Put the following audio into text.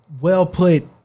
well-put